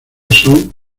son